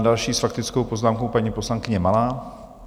Další s faktickou poznámkou, paní poslankyně Malá.